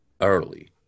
early